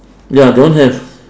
ya that one have